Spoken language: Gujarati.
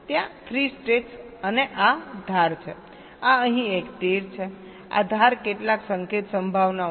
ત્યાં 3 સ્ટેટ્સ અને આ ધાર છે આ અહીં એક તીર છે આ ધાર કેટલાક સંકેત સંભાવનાઓ 0